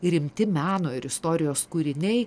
rimti meno ir istorijos kūriniai